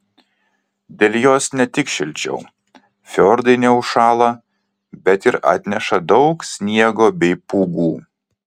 dėl jos ne tik šilčiau fjordai neužšąla bet ir atneša daug sniego bei pūgų